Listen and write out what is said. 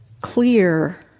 clear